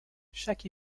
chaque